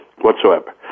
whatsoever